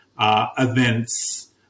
events